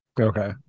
Okay